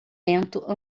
lento